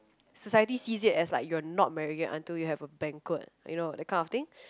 society sees it as like you're not married yet until you have a banquet you know that kind of thing